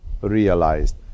realized